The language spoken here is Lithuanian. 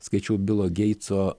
skaičiau bilo geitso